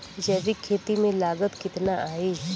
जैविक खेती में लागत कितना आई?